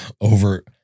over